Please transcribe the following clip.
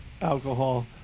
alcohol